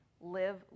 live